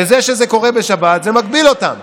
וזה שזה קורה בשבת זה מגביל אותם.